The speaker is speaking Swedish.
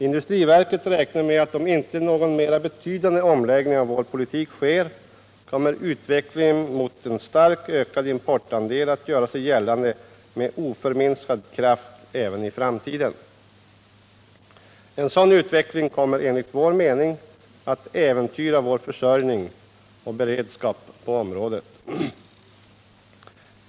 Industriverket räknar med att om inte någon mera betydande omläggning av vår politik sker kommer utvecklingen mot en starkt ökad importandel att göra sig gällande med oförminskad kraft även i framtiden. En sådan utveckling kommer enligt vår mening att äventyra vårt lands försörjning och beredskap på området.